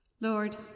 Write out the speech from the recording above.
Lord